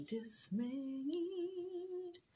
Dismayed